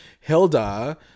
Hilda